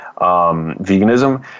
veganism